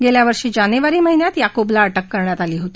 गेल्यावर्षी जानेवारी महिन्यात याकुबला अटक करण्यात आली होती